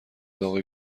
داغ